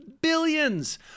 billions